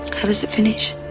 how does it finish?